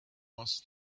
was